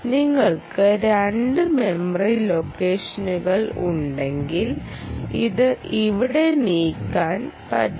നിങ്ങൾക്ക് രണ്ട് മെമ്മറി ലൊക്കേഷനുകൾ ഉണ്ടെങ്കിൽ ഇത് ഇവിടെ നീക്കാൻ പറ്റും